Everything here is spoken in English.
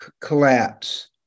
collapse